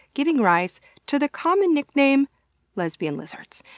giving rise to the common nickname lesbian lizards.